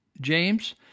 james